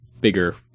bigger